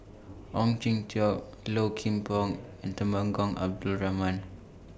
Ong Jin Teong Low Kim Pong and Temenggong Abdul Rahman